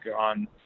on